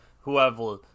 whoever